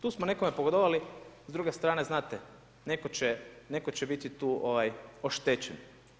Tu smo nekome pogodovali, s druge strane, znate, netko će biti tu oštećen.